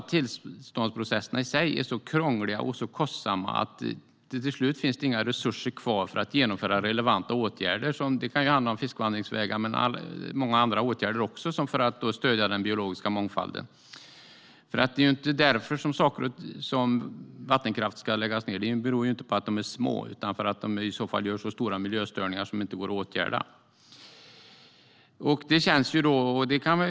Tillståndsprocesserna i sig får inte vara så krångliga och kostsamma att det till slut inte finns några resurser kvar för att genomföra relevanta åtgärder. Det kan handla om fiskvandringsvägar och många andra åtgärder för att stödja den biologiska mångfalden. Vattenkraftverk ska inte läggas ned på grund av att de är små utan för att de i vissa fall gör så stora miljöstörningar att det inte går att åtgärda.